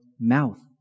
mouth